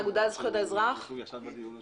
העמדה המסורתית שלנו ידועה.